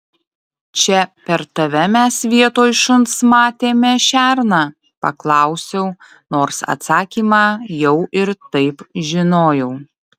čia per tave mes vietoj šuns matėme šerną paklausiau nors atsakymą jau ir taip žinojau